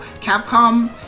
Capcom